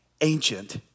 ancient